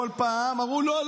בכל פעם אמרו: לא,